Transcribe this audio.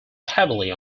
heavily